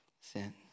sin